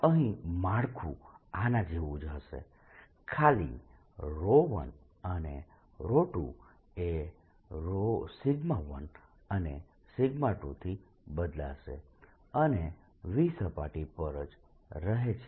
અહીં માળખું આના જેવું જ હશે ખાલી 1અને 2 એ 1અને 2 થી બદલાશે અને V સપાટી પર જ રહે છે